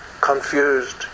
confused